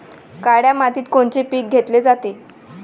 काळ्या मातीत कोनचे पिकं घेतले जाते?